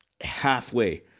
Halfway